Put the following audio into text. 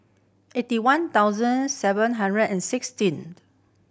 eighty one thousand seven hundred and sixteen